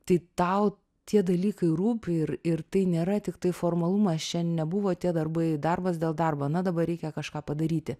tai tau tie dalykai rūpi ir ir tai nėra tiktai formalumas čia nebuvo tie darbai darbas dėl darbo na dabar reikia kažką padaryti